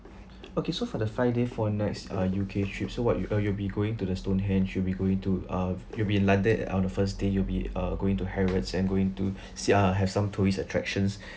okay so for the five days four nights uh U_K trips so what uh you will be going to the stonehenge you'll be going to uh you'll be in london uh on the first day you will be uh going to harrods and going to si~ uh have some tourist attractions